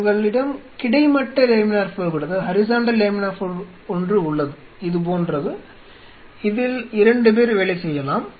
உங்களிடம் கிடைமட்ட laminar flow hood ஒன்று உள்ளது இது போன்றது இதில் 2 பேர் வேலை செய்யலாம்